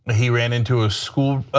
he ran into a school,